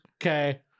okay